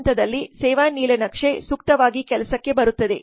ಈ ಹಂತದಲ್ಲಿ ಸೇವಾ ನೀಲನಕ್ಷೆ ಸೂಕ್ತವಾಗಿ ಕೆಲಸಕ್ಕೆ ಬರುತ್ತದೆ